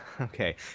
okay